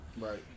Right